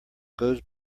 goes